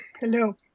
Hello